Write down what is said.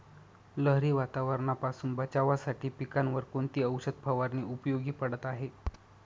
लहरी वातावरणापासून बचावासाठी पिकांवर कोणती औषध फवारणी उपयोगी पडत आहे?